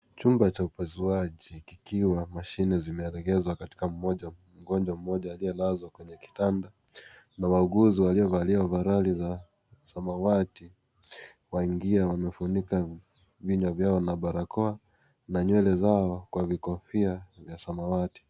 Chumba cha upasuaji ikiwa mashine zimeelekezwa katika mgonjwa mmoja aliyelazwa kwenye kitanda, na wauguzi waliovalia ovaroli ya samawati, waingia wamefunika vinywa vyao na barakoa na nywele kwa vikofia ya samawati.